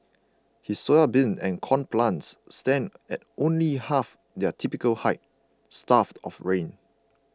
his soybean and corn plants stand at only half their typical height starved of rain